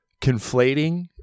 conflating